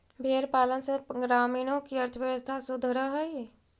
भेंड़ पालन से ग्रामीणों की अर्थव्यवस्था सुधरअ हई